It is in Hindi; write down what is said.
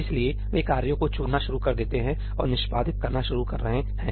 इसलिए वे कार्यों को चुनना शुरू कर रहे हैं और निष्पादित करना शुरू कर रहे हैं